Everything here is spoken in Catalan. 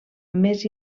més